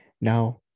now